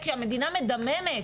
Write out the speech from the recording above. כי המדינה מדממת,